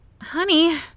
Honey